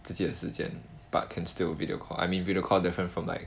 这间时间 but can still video call I mean video call different from like